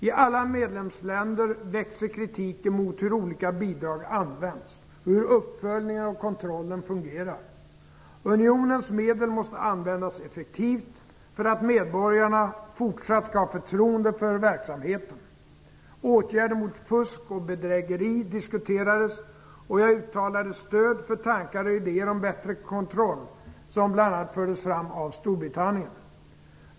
I alla medlemsländer växer kritiken mot hur olika bidrag används, hur uppföljningen och kontrollen fungerar. Unionens medel måste användas effektivt för att medborgarna fortsatt skall ha förtroende för verksamheten. Åtgärder mot fusk och bedrägerier diskuterades. Jag uttalade stöd för tankar och idéer om bättre kontroll som bl.a. fördes fram av Storbritannien.